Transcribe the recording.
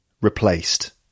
replaced